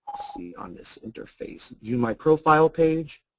see on this interface. view my profile page.